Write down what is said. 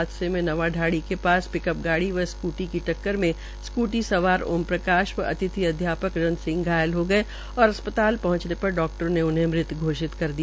हादसे मे नवा ढाणी के पास पिकअप गाड़ी व स्कूटरी की टककर में स्कूटी सवार ओम प्रकाश व अतिथि अध्यापक रणसिंह घायल हो गये और अस्पताल पहुंचने पर डाक्टरों ने उन्हें मृत घोषित कर दिया